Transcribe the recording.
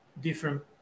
different